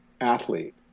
athlete